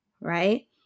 right